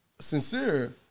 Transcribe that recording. sincere